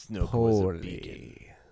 poorly